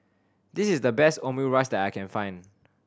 this is the best Omurice that I can find